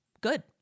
Good